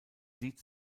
sieht